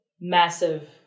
massive